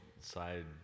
side